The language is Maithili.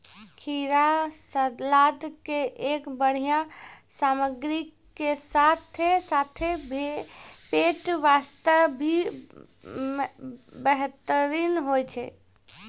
खीरा सलाद के एक बढ़िया सामग्री के साथॅ साथॅ पेट बास्तॅ भी बेहतरीन होय छै